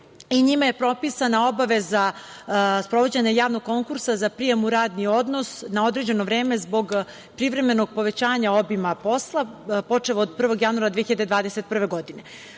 Njime je propisana obaveza sprovođenja javnog konkursa za prijem u radni odnos na određeno vreme zbog privremenog povećanja obima posla, počev od 1. januara 2021.